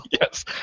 Yes